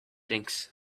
drinks